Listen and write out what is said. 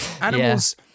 animals